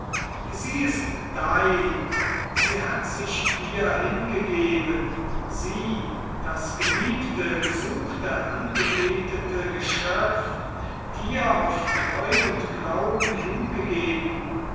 sie ist dein sie hat sich dir hingegeben sie das geliebte gesuchte angebetete geschöpf dir auf treu und glauben hingegeben